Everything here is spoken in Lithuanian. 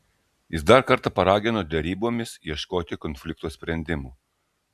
jis dar kartą paragino derybomis ieškoti konflikto sprendimo